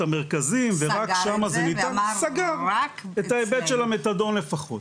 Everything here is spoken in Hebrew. המרכזים ורק שמה זה ניתן וזה סגר את ההיבט של המתדון לפחות.